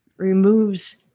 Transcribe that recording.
removes